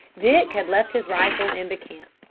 dick had left his rifle in the camp,